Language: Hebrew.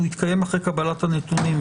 יתקיים אחרי קבלת הנתונים.